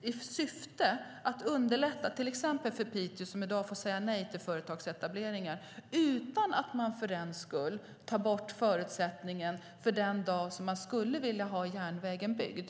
i syfte att underlätta för till exempel Piteå, som i dag får säga nej till företagsetableringar, utan att man för den skull tar bort förutsättningarna för den dag då man skulle vilja ha järnvägen byggd.